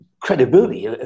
credibility